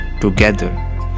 together